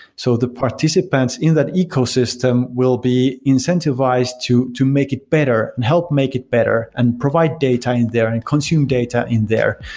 so the participants in that ecosystem will be incentivized to to make it better and help make it better and provide data in there and consume data in there.